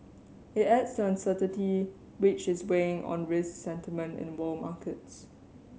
it adds to uncertainty which is weighing on risk sentiment in world markets